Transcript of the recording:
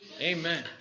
Amen